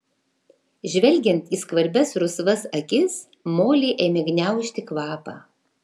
žvelgiant į skvarbias rusvas akis molei ėmė gniaužti kvapą